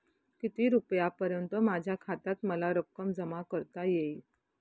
किती रुपयांपर्यंत माझ्या खात्यात मला रक्कम जमा करता येईल?